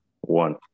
One